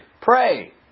Pray